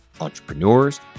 entrepreneurs